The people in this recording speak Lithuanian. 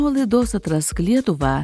o laidos atrask lietuvą